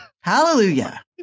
Hallelujah